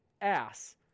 ass